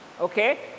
Okay